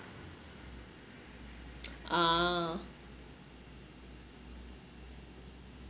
ah